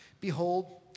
Behold